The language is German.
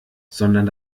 sondern